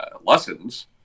lessons